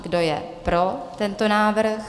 Kdo je pro tento návrh?